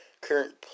current